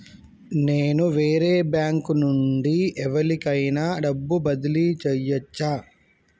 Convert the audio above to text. నేను వేరే బ్యాంకు నుండి ఎవలికైనా డబ్బు బదిలీ చేయచ్చా?